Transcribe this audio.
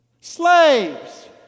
Slaves